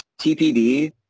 TPD